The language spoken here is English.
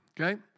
okay